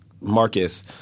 Marcus